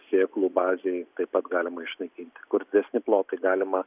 sėklų bazei taip pat galima išnaikinti kur didesni plotai galima